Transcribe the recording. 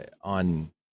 on